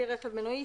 כלי רכב מנועי,